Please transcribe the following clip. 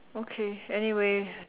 okay anyway